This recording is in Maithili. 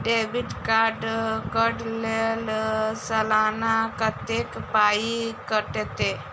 डेबिट कार्ड कऽ लेल सलाना कत्तेक पाई कटतै?